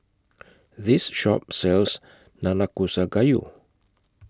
This Shop sells Nanakusa Gayu